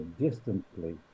distantly